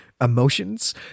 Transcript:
emotions